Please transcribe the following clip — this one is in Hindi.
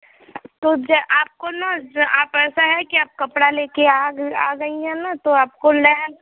तो जै आपको ना ज आप ऐसा है कि आप कपड़ा लेके आ आ गई हैं ना तो आपको मैं